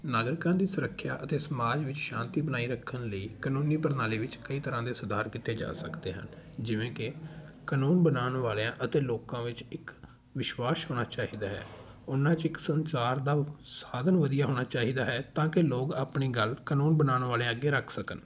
ਨਾਗਰਿਕਾਂ ਦੀ ਸੁਰੱਖਿਆ ਅਤੇ ਸਮਾਜ ਵਿੱਚ ਸ਼ਾਂਤੀ ਬਣਾਈ ਰੱਖਣ ਲਈ ਕਾਨੂੰਨੀ ਪ੍ਰਣਾਲੀ ਵਿੱਚ ਕਈ ਤਰ੍ਹਾਂ ਦੇ ਸੁਧਾਰ ਕੀਤੇ ਜਾ ਸਕਦੇ ਹਨ ਜਿਵੇਂ ਕਿ ਕਾਨੂੰਨ ਬਣਾਉਣ ਵਾਲਿਆਂ ਅਤੇ ਲੋਕਾਂ ਵਿੱਚ ਇੱਕ ਵਿਸ਼ਵਾਸ ਹੋਣਾ ਚਾਹੀਦਾ ਹੈ ਉਨ੍ਹਾਂ 'ਚ ਇੱਕ ਸੰਚਾਰ ਦਾ ਸਾਧਨ ਵਧੀਆ ਹੋਣਾ ਚਾਹੀਦਾ ਹੈ ਤਾਂ ਕਿ ਲੋਕ ਆਪਣੀ ਗੱਲ ਕਾਨੂੰਨ ਬਣਾਉਣ ਵਾਲਿਆਂ ਅੱਗੇ ਰੱਖ ਸਕਣ